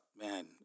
man